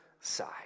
side